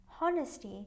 Honesty